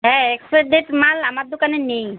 হ্যাঁ expire date মাল আমার দোকানে নেই